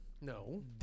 No